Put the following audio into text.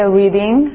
reading